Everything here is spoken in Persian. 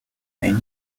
این